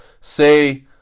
say